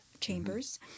chambers